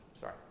Sorry